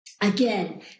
Again